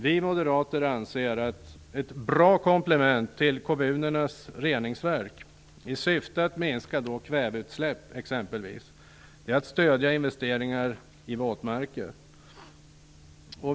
Vi moderater anser att ett bra komplement till kommunernas reningsverk i syfte att minska exempelvis kväveutsläpp vore att stödja investeringar i våtmarker.